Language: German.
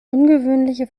ungewöhnliche